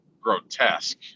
grotesque